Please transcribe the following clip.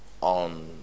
on